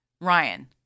Ryan